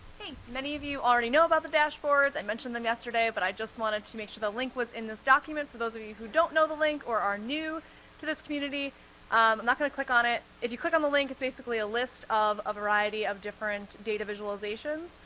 hey, many of you already know about the dashboards, i mentioned them yesterday, but i just wanted to make sure the link was in this document. for those of you you who don't know the link or are new to this community, i'm not gonna click on it, if you click on the link it's basically a list of a variety of different data visualizations.